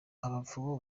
abapfumu